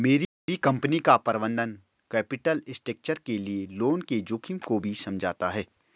मेरी कंपनी का प्रबंधन कैपिटल स्ट्रक्चर के लिए लोन के जोखिम को भी समझता है